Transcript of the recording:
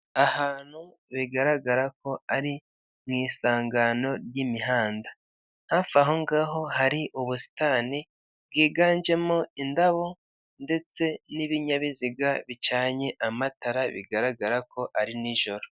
Ahantu bigaragara ko ari mu isangano ry' imuhanda, hafi aho ngaho hari ubusitani bwiganjemo indabo ,ndetse n' ibinyabiziga bicanye amatara bigaragarako ari nijoro .